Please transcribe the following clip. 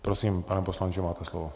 Prosím, pane poslanče, máte slovo.